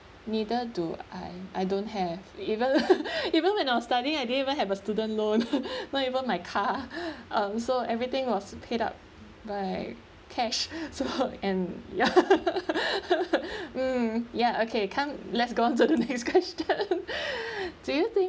neither do I I don't have even even when I was studying I didn't even have a student loan not even my car um so everything was paid up by cash so and ya mm ya okay come let's go on to the next question do you think